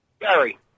Gary